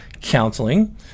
counseling